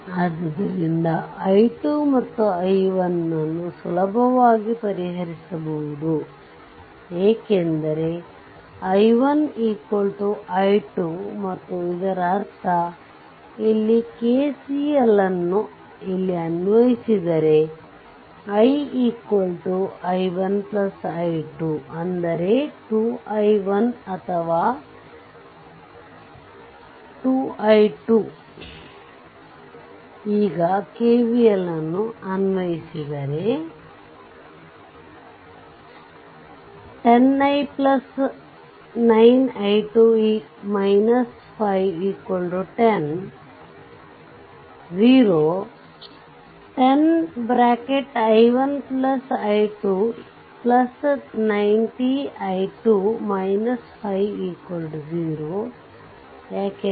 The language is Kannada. ಆದ್ದರಿಂದ i2 ಮತ್ತು i1 ಸುಲಭವಾಗಿ ಪರಿಹರಿಸಬಹುದು ಏಕೆಂದರೆ i1 i2 ಮತ್ತು ಇದರ ಅರ್ಥ ಇಲ್ಲಿ KCL ಅನ್ನು ಇಲ್ಲಿ ಅನ್ವಯಿಸಿದರೆ i i1 i2 ಅಂದರೆ 2 i1 ಅಥವಾ 2 i2 ಈಗ KVL ಅನ್ನು ಅನ್ವಯಿಸಿದರೆ